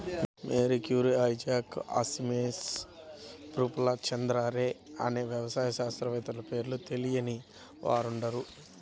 Mary Curie, Isaac Asimov, Prafulla Chandra Ray అనే వ్యవసాయ శాస్త్రవేత్తల పేర్లు తెలియని వారుండరు